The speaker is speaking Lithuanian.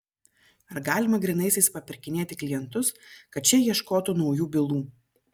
ar galima grynaisiais papirkinėti klientus kad šie ieškotų naujų bylų